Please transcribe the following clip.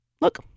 look